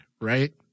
right